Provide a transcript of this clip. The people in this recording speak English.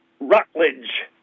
Rutledge